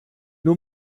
nur